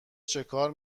چیکار